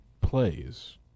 plays